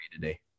today